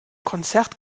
konzert